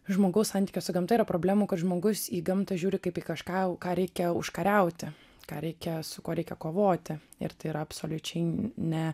žmogaus santykio su gamta yra problemų kad žmogus į gamtą žiūri kaip į kažką ką reikia užkariauti ką reikia su kuo reikia kovoti ir tai yra absoliučiai ne